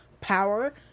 power